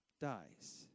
dies